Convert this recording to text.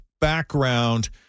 background